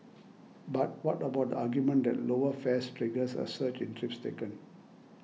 but what about the argument that lower fares triggers a surge in trips taken